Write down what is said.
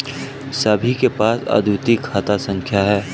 सभी के पास अद्वितीय खाता संख्या हैं